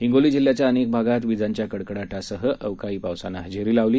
हिंगोली जिल्ह्याच्या अनेक भागात विजांच्या कडकडाटासह अवकाळी पावसाने हजेरी लावली